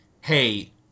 hey